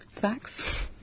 Facts